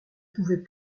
pouvais